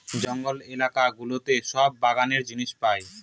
জঙ্গলের এলাকা গুলোতে সব বাগানের জিনিস পাই